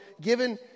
given